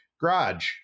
garage